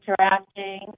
interacting